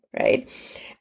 Right